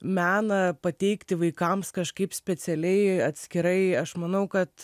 meną pateikti vaikams kažkaip specialiai atskirai aš manau kad